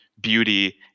beauty